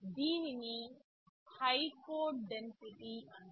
దీనిని high code density అంటారు